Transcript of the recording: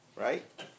Right